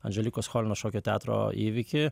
andželikos cholinos šokio teatro įvykį